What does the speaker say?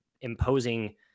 imposing